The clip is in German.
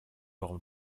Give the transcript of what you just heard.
warum